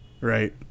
right